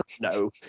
No